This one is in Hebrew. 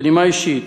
בנימה אישית,